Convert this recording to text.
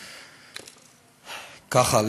טוב, ככה.